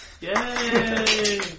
Yay